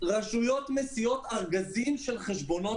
הרשויות מסיעות פיזית ארגזים של חשבונות.